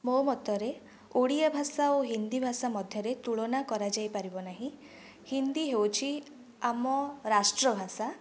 ମୋ ମତରେ ଓଡ଼ିଆ ଭାଷା ଓ ହିନ୍ଦୀ ଭାଷା ମଧ୍ୟରେ ତୁଳନା କରାଯାଇ ପାରିବ ନାହିଁ ହିନ୍ଦୀ ହେଉଛି ଆମ ରାଷ୍ଟ୍ର ଭାଷା